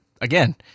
again